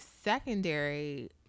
secondary